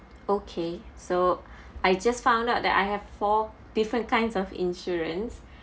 okay so I just found out that I have four different kinds of insurance